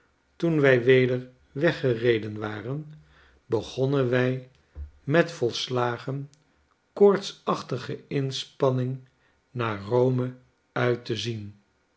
toen wij weder weggereden waren begonnen wij met voislagen koortsachtige inspanning naar rome uit te zien